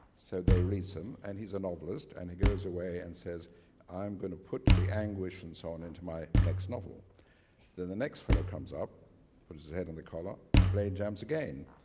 so they release him and he's a novelist and he goes away and says i'm going to put the anguish and so on into my next novel. then the next fellow comes up, puts his head in the collar, the blade jams again,